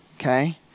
okay